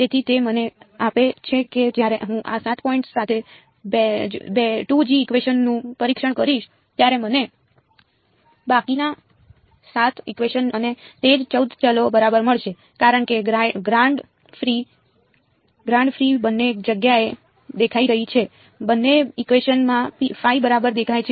તેથી તે મને આપે છે કે જ્યારે હું આ 7 પોઈન્ટ્સ સાથે 2જી ઇકવેશન નું પરીક્ષણ કરીશ ત્યારે મને બાકીના 7 ઇકવેશન અને તે જ 14 ચલો બરાબર મળશે કારણ કે ગ્રાડ ફી બંને જગ્યાએ દેખાઈ રહી છે બંને ઇકવેશન માં phi બરાબર દેખાય છે